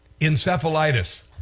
encephalitis